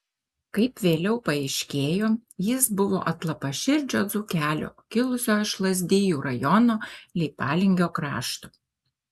kaip vėliau paaiškėjo jis buvo atlapaširdžio dzūkelio kilusio iš lazdijų rajono leipalingio krašto